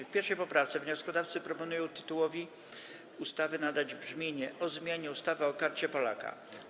W 1. poprawce wnioskodawcy proponują tytułowi ustawy nadać brzmienie „o zmianie ustawy o Karcie Polaka”